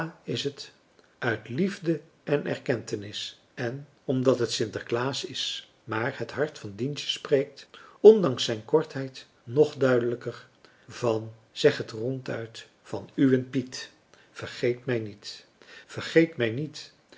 is het uit liefde en erkentenis en omdat het sint nicolaas is maar het hart van dientje spreekt ondanks zijn kortheid nog duidelijker van zegt het ronduit françois haverschmidt familie en kennissen van uwen piet vergeet mij niet vergeet mij niet